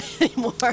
anymore